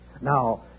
Now